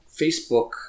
Facebook –